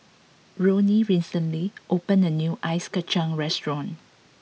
Roni recently opened a new Ice Kachang Restaurant